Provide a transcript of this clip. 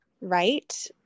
right